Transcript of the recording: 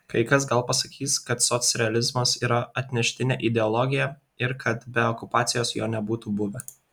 kai kas gal pasakys kad socrealizmas yra atneštinė ideologija ir kad be okupacijos jo nebūtų buvę